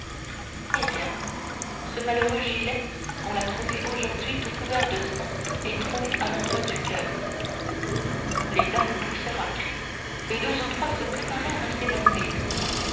eh bien ce malheureux gilet on l'a trouvé aujourd'hui tout couvert de sang et troué à l'endroit du coeur les dames poussèrent un cri et deux ou trois se préparèrent à s'évanouir